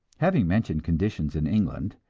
having mentioned conditions in england,